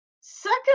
Second